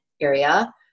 area